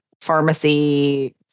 pharmacy